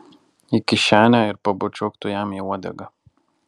į kišenę ir pabučiuok tu jam į uodegą